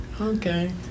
okay